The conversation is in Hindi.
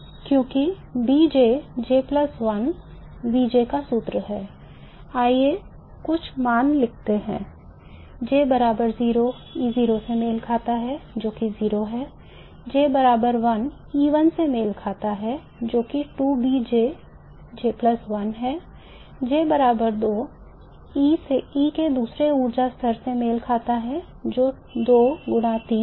चूँकि B Jका सूत्र है आइए हम कुछ मान लिखते हैं J बराबर 0 E0 से मेल खाता है जो कि 0 है